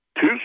two